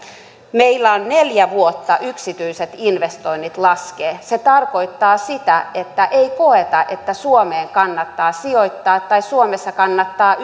meillä ovat neljä vuotta yksityiset investoinnit laskeneet se tarkoittaa sitä että ei koeta että suomeen kannattaa sijoittaa tai suomessa kannattaa